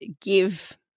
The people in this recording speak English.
give